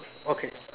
okay